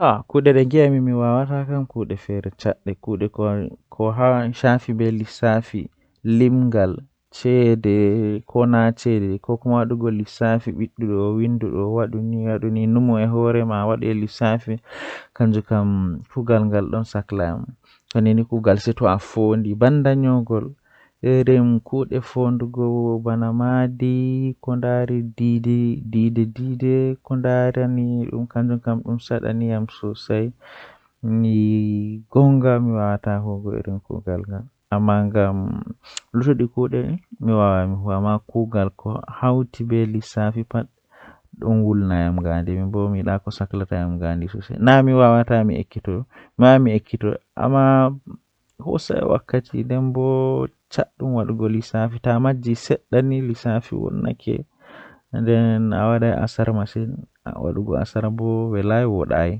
Eh wuro jei welatami mi mimedai yahugo nden mi yidi yahugo bano mi yecci haa baawo kanjum woni kaaba wuro makka.